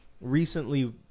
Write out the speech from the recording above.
recently